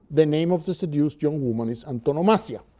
the name of the seduced young woman is antonomasia.